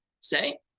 say